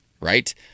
right